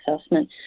assessment